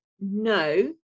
no